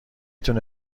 تونه